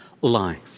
life